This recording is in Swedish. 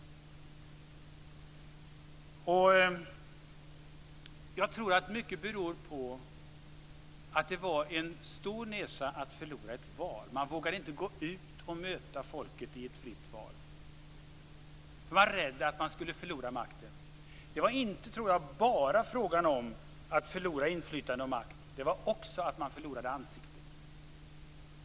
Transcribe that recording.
Jag tror att det mycket berodde på att det var en stor nesa att förlora ett val. Man vågade inte gå ut och möta folket i ett fritt val. Man var rädd att man skulle förlora makten. Men jag tror inte att det bara var fråga om att förlora inflytande och makt, utan det var också att man förlorade ansiktet.